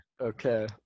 Okay